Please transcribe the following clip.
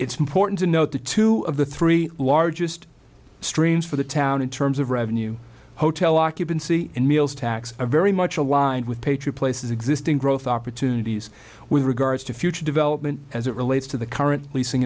it's important to note the two of the three largest streams for the town in terms of revenue hotel occupancy and meals tax are very much aligned with patriot place is existing growth opportunities with regards to future development as it relates to the current